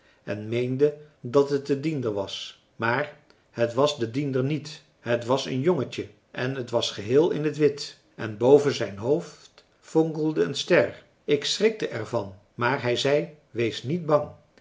en meende dat het de diender was maar het was de diender niet het was een jongetje en het was geheel in het wit en boven zijn hoofd fonkelde een ster ik schrikte er van maar hij zei wees niet bang